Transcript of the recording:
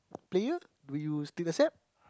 player would you still accept